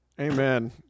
Amen